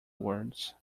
words